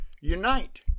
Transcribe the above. unite